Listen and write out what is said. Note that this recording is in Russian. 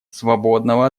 свободного